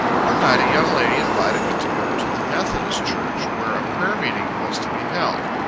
one night a young lady invited me to go to the methodist church, where a prayer-meeting was to be held.